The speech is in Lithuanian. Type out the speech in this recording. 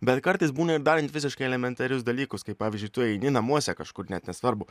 bet kartais būna ir darant visiškai elementarius dalykus kaip pavyzdžiui tu eini namuose kažkur net nesvarbu